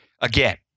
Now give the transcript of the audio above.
Again